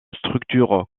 structure